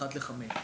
אחת לחמש שנים.